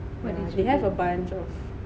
err they have a bunch of